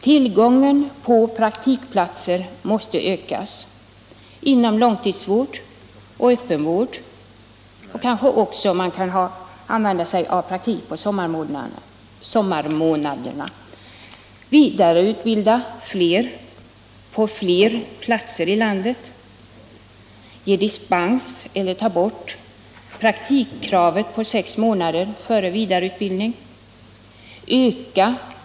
Tillgången på praktikplatser måste ökas, t.ex. inom långtidsvård och öppenvård — överväg även praktik under sommarmånaderna. Fler måste vidareutbildas — på fler platser i landet. Ge dispens från, eller ta bort praktikkravet på sex månader före vidareutbildningen.